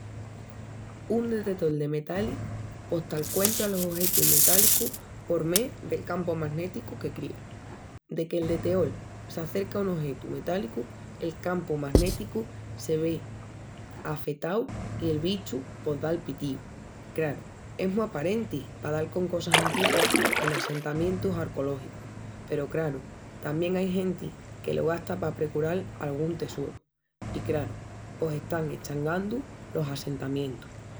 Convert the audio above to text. Un detetol de metalis pos t'alcuentra los ojetus metálicus por mé del campu manéticu que cria. Deque'l detetol s'acerca a un ojetu metálicu, el campu manéticu se ve afetau i el bichu pos da'l apitíu. Craru, es mu aparenti pa dal con cosas antiguas en assentamientus arcológicus peru, craru, tamién ai genti que lo gasta pa precural angún tesoru i, craru, pos están eschangandu los assentamientus.